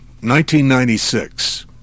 1996